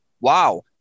wow